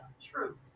true